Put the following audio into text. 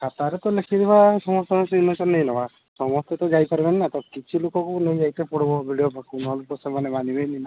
ଖାତାରେ ତ ଲେଖିଦେବା ସମସ୍ତଙ୍କ ସିଗ୍ନେଚର୍ ନେଇନେମା ସମସ୍ତେ ତ ଯାଇପାରିବେନି ନା ତ କିଛି ଲୋକଙ୍କୁ ନେଇକି ଯାଇତେ ପଡ଼ବ ବି ଡ଼ି ଓ ପାଖକୁ ନହେଲେ ସେ ତ ମାନିବେନି ନା